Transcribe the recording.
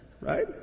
Right